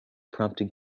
prompting